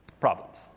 problems